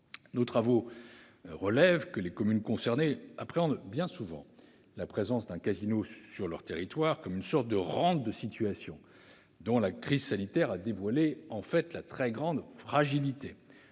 Nos travaux révèlent que les communes concernées appréhendent souvent la présence d'un casino comme une sorte de rente de situation, dont la crise sanitaire a dévoilé la très grande fragilité.